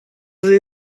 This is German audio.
sie